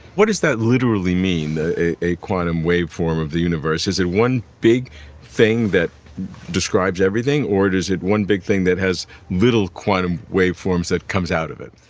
what does that literally mean a quantum wave form of the universe? is it one big thing that describes everything, or is it one big thing that has little quantum wave forms that comes out of it?